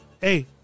Hey